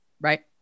Right